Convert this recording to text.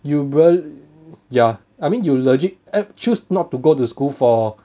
you rea~ ya I mean you legit err choose not to go to school for